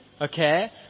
Okay